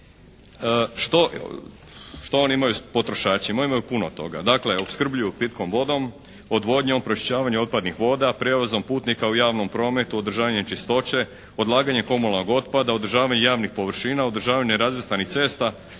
Što oni imaju sa potrošačima? Imaju puno toga. Dakle, opskrbljuju pitkom vodom, odvodnjom, pročišćavanje otpadnih voda, prijevozom putnika u javnom prometu, održavanje čistoće, odlaganje komunalnog otpada, održavanje javnih površina, održavanje …/Govornik se